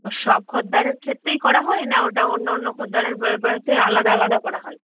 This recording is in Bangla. সব খদ্দারের ক্ষেত্রেই করা হয় না ওটা অন্য অন্য খদ্দারের আলাদা আলাদা করা হয়